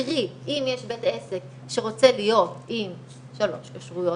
קרי אם יש בית עסק שרוצה להיות עם שלוש כשרויות